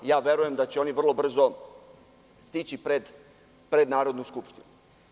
Verujem da će oni vrlo brzo stići pred Narodnu skupštinu.